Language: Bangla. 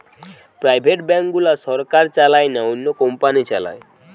প্রাইভেট ব্যাঙ্ক গুলা সরকার চালায় না, অন্য কোম্পানি চালায়